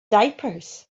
diapers